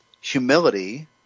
humility